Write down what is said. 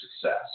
success